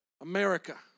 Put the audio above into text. America